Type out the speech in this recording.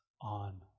on